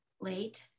late